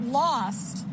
lost